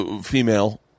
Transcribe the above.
female